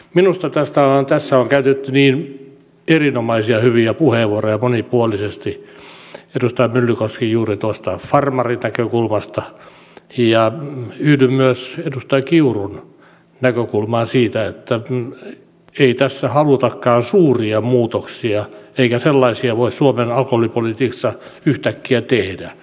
minusta tässä on käytetty erinomaisia hyviä puheenvuoroja monipuolisesti edustaja myllykoski juuri tuosta farmarinäkökulmasta ja yhdyn myös edustaja kiurun näkökulmaan siitä että ei tässä halutakaan suuria muutoksia eikä sellaisia voi suomen alkoholipolitiikassa yhtäkkiä tehdä